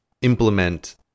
implement